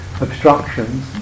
obstructions